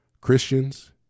Christians